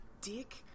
dick